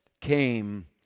came